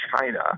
China